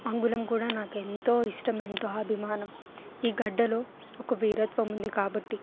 అంగుళం కూడా నాకు ఎంతో ఇష్టం ఎంతో అభిమానం ఈ గడ్డలో ఒక వీరత్వం ఉంది కాబ్బట్టి